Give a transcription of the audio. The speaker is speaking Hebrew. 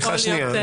סליחה שנייה,